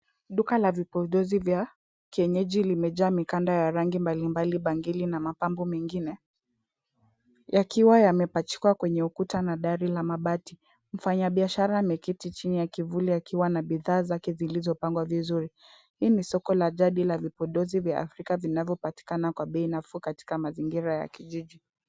Duka la vipodozi vya kienyeji limejaa mikanda ya rangi mbalimbali, bangili na mapambo mengine yakiwa yamepachikwa kwenye ukuta na dari la mabati. Mfanyabiashara ameketi chini ya kivuli akiwa na bidhaa zake zilizopangwa vizuri. Hii ni soko la jadi la vipodozi vya Afrika vinavyopatikana kwa bei nafuu katika mazingira ya kijiji.